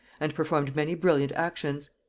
and performed many brilliant actions.